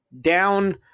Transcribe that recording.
down